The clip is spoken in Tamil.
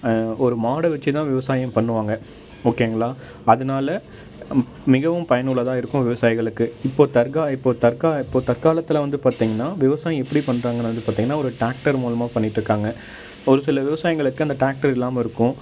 ஒரு மாடை வச்சி தான் விவசாயம் பண்ணுவாங்க ஓகேங்களா அதனால் மிகவும் பயனுள்ளதாக இருக்கும் விவசாயிகளுக்கு இப்போ தற்கா இப்போ தற்கா இப்போ தற்காலத்தில் வந்து பார்த்தீங்கன்னா விவசாயம் எப்படி பண்ணுறாங்கன்னு வந்து பார்த்தீங்கன்னா ஒரு ட்ராக்டர் மூலமாக பண்ணிட்டுருக்காங்க ஒரு சில விவசாயிங்களுக்கு அந்த ட்ராக்டர் இல்லாமல் இருக்கும்